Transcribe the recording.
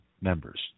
members